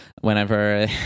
whenever